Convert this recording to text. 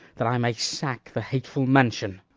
that i may sack the hateful mansion.